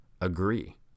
agree